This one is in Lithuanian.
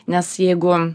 nes jeigu